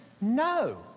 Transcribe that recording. no